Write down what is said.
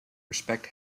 respect